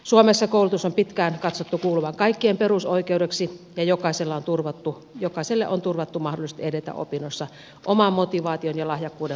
suomessa koulutuksen on pitkään katsottu kuuluvan kaikkien perusoikeudeksi ja jokaiselle on turvattu mahdollisuus edetä opinnoissa oman motivaation ja lahjakkuuden mukaisesti